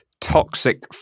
toxic